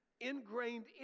ingrained